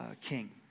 king